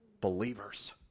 believers